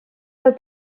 that